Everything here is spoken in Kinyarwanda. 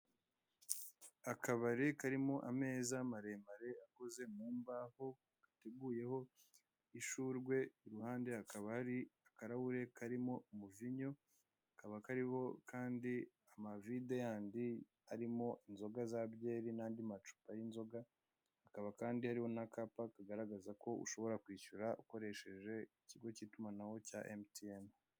Akabari karimo ameza maremare akoze mu mbaho ateguyeho ishurwe iruhande hakaba hari akarahure karimo umuvinyo, hakaba hariho kandi amavide yandi arimo inzoga za byeri n'andi macupa y'inzoga hakaba kandi hariho n'akapa kagaragaza ko ushobora kwishyura ukoresheje ikigo k'itumanaho cya MTN.